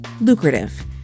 lucrative